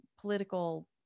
political